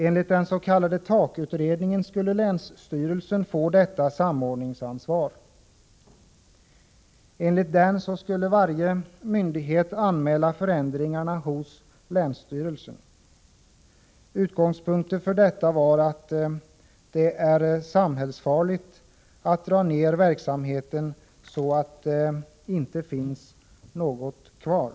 Enligt den s.k. TAK-utredningen skulle länsstyrelsen få detta samordningsansvar. Enligt den skulle varje myndighet anmäla förändringar hos länsstyrelsen. Utgångspunkten för detta var att det är samhällsfarligt att dra ned verksamheten så att det inte finns något kvar.